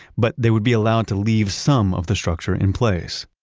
but they would be allowed to leave some of the structure in place.